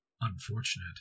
Unfortunate